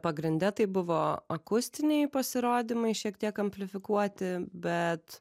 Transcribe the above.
pagrinde tai buvo akustiniai pasirodymai šiek tiek kamplifikuoti bet